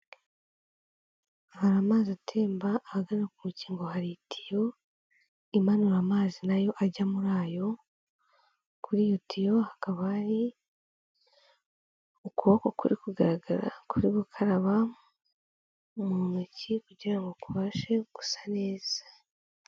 Hari amazi atemba ahagana ku mukingo hari itiyo imanura amazi nayo ajya muri ayo, kuri yotiyo hakaba hari ukuboko kuri kugaragara kuri gukaraba mu ntoki kugira ngo kubashe gusa neza.